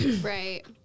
Right